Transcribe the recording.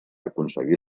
aconseguí